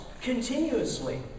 continuously